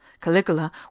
Caligula